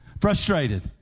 Frustrated